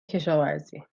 کشاورزی